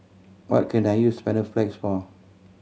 what can I use Panaflex for